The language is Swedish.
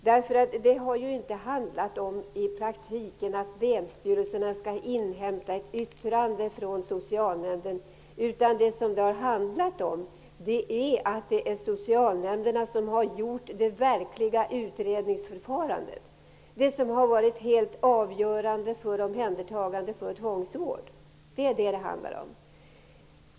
Det handlar ju i praktiken inte om att länsstyrelserna skall inhämta ett yttrande från socialnämnden, utan det handlar om att socialnämnderna har skött den egentliga utredningen, den som har varit helt avgörande för omhändertagande för tvångsvård.